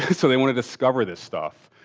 so they want to discover this stuff.